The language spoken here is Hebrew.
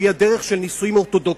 שהיא הדרך של נישואים אורתודוקסיים.